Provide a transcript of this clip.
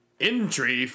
Entry